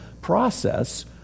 process